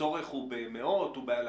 הצורך הוא במאות, באלפים?